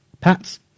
Pats